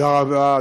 תודה רבה,